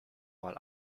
mal